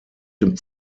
dem